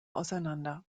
auseinander